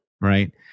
right